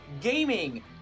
gaming